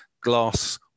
glass